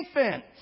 infant